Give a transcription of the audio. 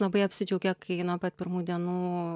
labai apsidžiaugė kai nuo pat pirmų dienų